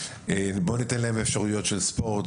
בואו נתן להם אפשרויות של ספורט,